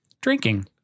Drinking